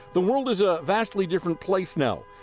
the world is a vastly different place now.